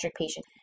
patient